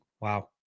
Wow